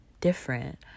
different